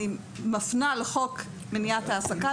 אני מפנה לחוק מניעת העסקה,